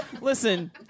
Listen